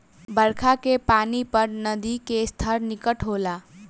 बरखा के पानी पर नदी के स्तर टिकल होला